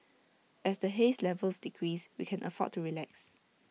as the haze levels decrease we can afford to relax